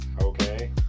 Okay